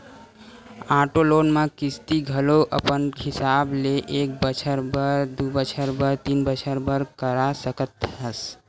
auto loan म किस्ती घलो अपन हिसाब ले एक बछर बर, दू बछर बर, तीन बछर बर करा सकत हस